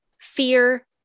fear